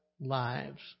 lives